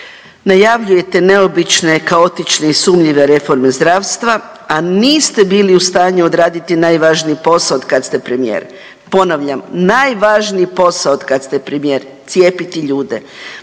Najavljujete neobične, kaotične i sumnjive reforme zdravstva, a niste bili u stanju odraditi najvažniji posao od kad ste premijer. Ponavljam, najvažniji posao od kad ste premijer, cijepiti ljude.